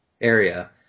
area